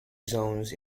zones